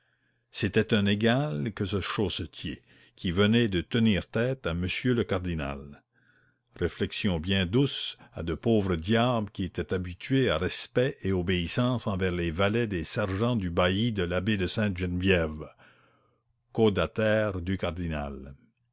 c'était un égal que ce chaussetier qui venait de tenir tête à monsieur le cardinal réflexion bien douce à de pauvres diables qui étaient habitués à respect et obéissance envers les valets des sergents du bailli de l'abbé de sainte-geneviève caudataire du cardinal